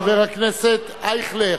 חבר הכנסת אייכלר,